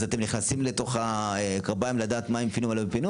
אז אתם נכנסים לתוף הקרביים לדעת מה הם פינו ומה הם לא פינו,